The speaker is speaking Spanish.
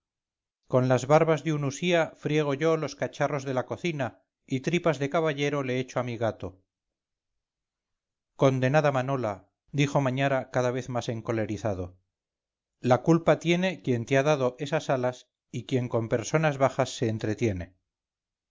con las barbas de un usía friego yo los cacharros de la cocina y tripas de caballero le echo a mi gato condenada manola dijo mañara cadavez más encolerizado la culpa tiene quien te ha dado esas alas y quien con personas bajas se entretiene